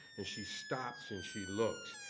and she stops and she looks.